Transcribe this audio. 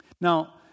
Now